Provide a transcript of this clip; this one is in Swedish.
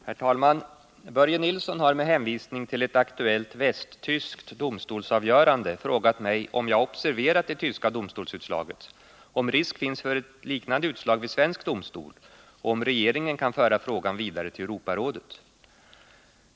Herr talman! Börje Nilsson har med hänvisning till ett aktuellt västtyskt domstolsavgörande frågat mig om jag har observerat det tyska domstolsutslaget, om risk finns för liknande utslag vid svensk domstol och om regeringen kan föra frågan vidare till Europarådet.